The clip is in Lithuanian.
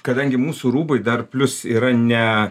kadangi mūsų rūbai dar plius yra ne